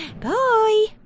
Bye